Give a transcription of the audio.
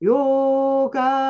Yoga